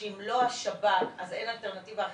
שאם לא השב"כ אז אין אלטרנטיבה אחרת,